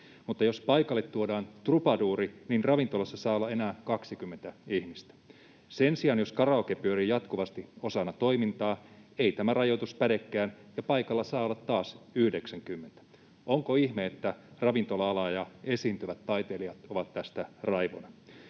mutta jos paikalle tuodaan trubaduuri, niin ravintolassa saa olla enää 20 ihmistä. Sen sijaan jos karaoke pyörii jatkuvasti osana toimintaa, ei tämä rajoitus pädekään ja paikalla saa olla taas 90. Onko ihme, että ravintola-ala ja esiintyvät taiteilijat ovat tästä raivona?